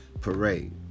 parade